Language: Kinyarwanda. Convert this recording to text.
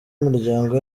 imiryango